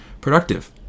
productive